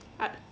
I